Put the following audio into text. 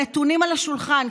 הנתונים על השולחן.